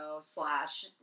slash